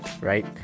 right